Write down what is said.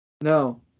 No